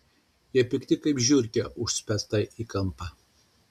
jie pikti kaip žiurkė užspęsta į kampą